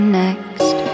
next